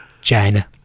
China